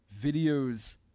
videos